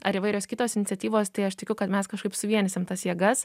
ar įvairios kitos iniciatyvos tai aš tikiu kad mes kažkaip suvienysim tas jėgas